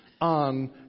on